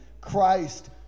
Christ